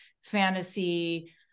fantasy